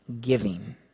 giving